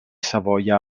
savoia